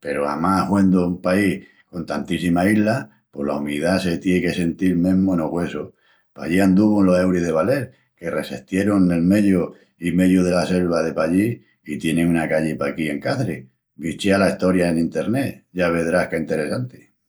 Peru amás huendu un país con tantíssimas islas pos la umidá se tien que sentil mesmu enos güessus. Pallí anduvun los euris de Baler, que ressestierun nel meyu i meyu dela selva de pallí i tienin una calli paquí en Caçris. Bichea la estoria en internet, ya vedrás qué enteressanti!